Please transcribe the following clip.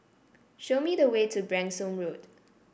show me the way to Branksome Road